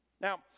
Now